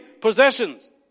possessions